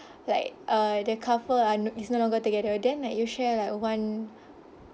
like uh the couple are is no longer together then like you share like one